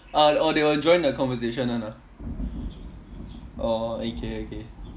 ah oh they will join the conversation [one] ah oh okay okay